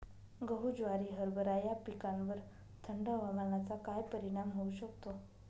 गहू, ज्वारी, हरभरा या पिकांवर थंड हवामानाचा काय परिणाम होऊ शकतो?